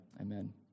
amen